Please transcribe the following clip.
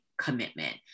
commitment